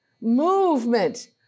movement